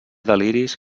deliris